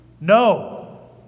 No